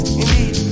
indeed